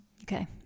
Okay